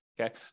Okay